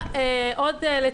זאת.